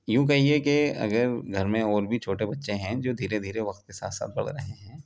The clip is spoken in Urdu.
یوں کہیے کہ اگر گھر میں اور بھی چھوٹے بچے ہیں جو دھیرے دھیرے وقت کے ساتھ ساتھ بڑھ رہے ہیں